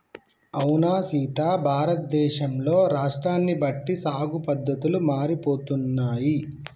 అవునా సీత భారతదేశంలో రాష్ట్రాన్ని బట్టి సాగు పద్దతులు మారిపోతున్నాయి